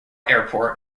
airport